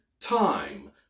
time